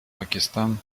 пакистан